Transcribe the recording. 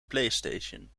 playstation